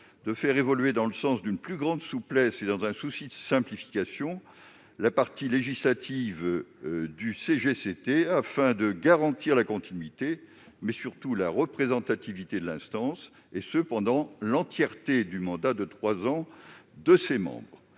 de faire évoluer dans le sens d'une plus grande souplesse, et dans un souci de simplification, la partie législative du CGCT afin de garantir non seulement la continuité, mais surtout la représentativité de l'instance, pendant l'entièreté du mandat de trois ans de ses membres.